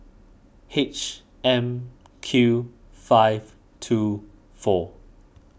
H M Q five two four